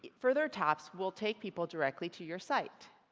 further taps will take people directly to your site